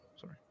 sorry